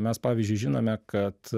mes pavyzdžiui žinome kad